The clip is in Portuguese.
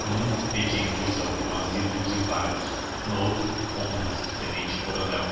num pedia inclusão no asilo dos inválidos noutro honras de tenente-coronel